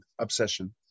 obsession